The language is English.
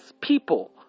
people